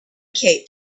cape